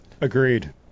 agreed